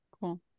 cool